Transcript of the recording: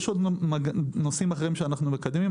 יש עוד נושאים אחרים שאנחנו מקדמים,